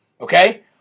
Okay